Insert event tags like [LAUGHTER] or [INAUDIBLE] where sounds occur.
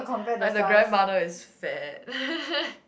like the grandmother is fat [LAUGHS]